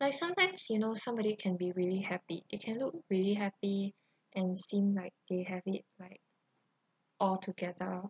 like sometimes you know somebody can be really happy they can look really happy and seemed like they have it like altogether